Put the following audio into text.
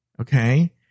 Okay